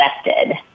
affected